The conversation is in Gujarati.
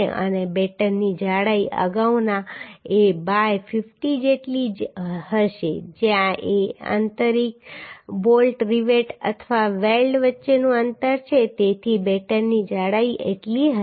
અને બેટનની જાડાઈ અગાઉના a બાય 50 જેટલી જ હશે જ્યાં a એ આંતરિક બોલ્ટ રિવેટ અથવા વેલ્ડ વચ્ચેનું અંતર છે તેથી બેટનની જાડાઈ આટલી હશે